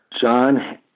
John